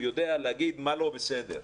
הוא יודע להגיד מה לא בסדר,